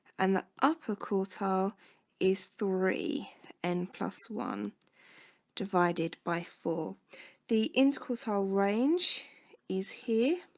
and the upper quartile is three n plus one divided by four the interquartile range is here